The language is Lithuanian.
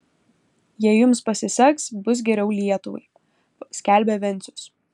jei jums pasiseks bus geriau lietuvai skelbė vencius